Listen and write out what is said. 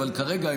אבל כרגע,